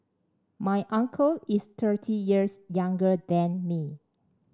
my uncle is thirty years younger than me